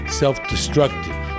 self-destructive